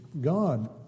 God